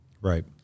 Right